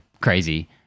crazy